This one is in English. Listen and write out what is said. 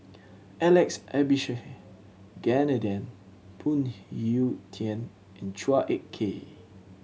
Alex Abisheganaden Phoon Yew Tien and Chua Ek Kay